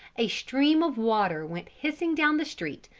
a stream of water went hissing down the street,